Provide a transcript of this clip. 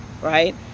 right